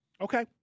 Okay